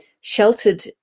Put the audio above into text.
sheltered